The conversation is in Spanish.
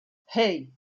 hey